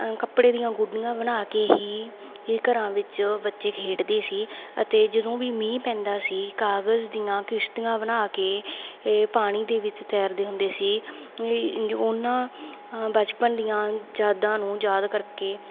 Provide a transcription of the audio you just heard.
ਕੱਪੜੇ ਦੀਆਂ ਗੁੱਡੀਆਂ ਬਣਾ ਕੇ ਹੀ ਇਹ ਘਰਾਂ ਵਿੱਚ ਬੱਚੇ ਖੇਡਦੇ ਸੀ ਅਤੇ ਜਦੋਂ ਵੀ ਮੀਂਹ ਪੈਂਦਾ ਸੀ ਕਾਗਜ਼ ਦੀਆਂ ਕਿਸ਼ਤੀਆਂ ਬਣਾ ਕੇ ਇਹ ਪਾਣੀ ਦੇ ਵਿੱਚ ਤੈਰਦੇ ਹੁੰਦੇ ਸੀ ਜੋ ਉਹਨਾਂ ਬਚਪਨ ਦੀਆਂ ਯਾਦਾਂ ਨੂੰ ਯਾਦ ਕਰਕੇ